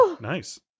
Nice